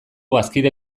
bazkide